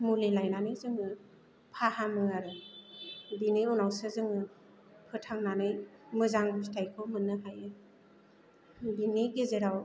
मुलि लायनानै जोङो फाहामो आरो बेनि उनावसो जोङो फोथांनानै मोजां फिथायखौ मोननो हायो बिनि गेजेराव